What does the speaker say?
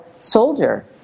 soldier